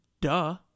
Duh